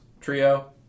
Trio